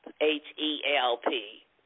H-E-L-P